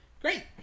Great